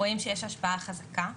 רואים שיש השפעה חזקה.